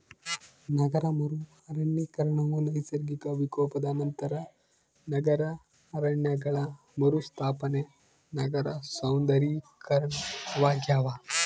ನಗರ ಮರು ಅರಣ್ಯೀಕರಣವು ನೈಸರ್ಗಿಕ ವಿಕೋಪದ ನಂತರ ನಗರ ಅರಣ್ಯಗಳ ಮರುಸ್ಥಾಪನೆ ನಗರ ಸೌಂದರ್ಯೀಕರಣವಾಗ್ಯದ